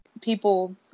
people